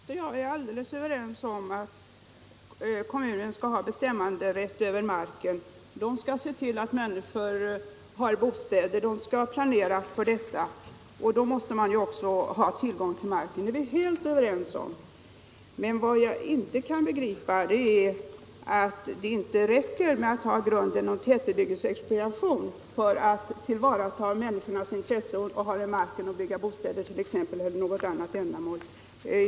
Herr talman! Herr Lindkvist och jag är överens om att kommunerna skall ha bestämmanderätt över marken. De skall se till att människorna har bostäder och kunna planera för detta. Då måste de också ha tillgång till marken. Det är vi helt överens om. Men vad jag inte kan begripa är att det inte skulle räcka med tätbebyggelseexpropriation som grund för att tillvarata människornas intresse av att ha mark för att bygga bostäder och för andra ändamål.